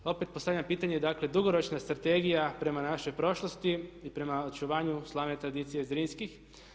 Opet postavljam pitanje, dakle dugoročna strategija prema našoj prošlosti i prema očuvanju slavne tradicije Zrinskih.